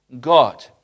God